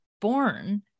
born